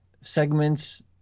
segments